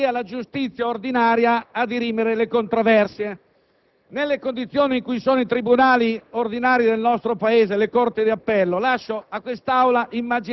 partecipate maggioritariamente